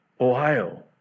Ohio